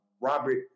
Robert